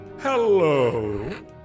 Hello